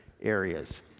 areas